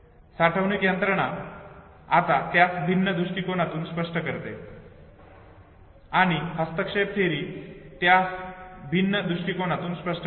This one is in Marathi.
साठवणूक यंत्रणा आता त्यास भिन्न दृष्टिकोनातून स्पष्ट करते आणि हस्तक्षेप थिअरी त्यास भिन्न दृष्टिकोनातून स्पष्ट करते